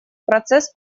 процесс